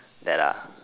that are